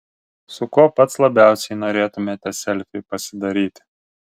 su kuo pats labiausiai norėtumėte selfį pasidaryti